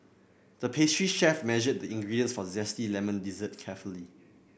the pastry chef measured the ingredients for a zesty lemon dessert carefully